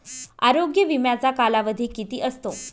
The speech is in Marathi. आरोग्य विम्याचा कालावधी किती असतो?